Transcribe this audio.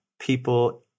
people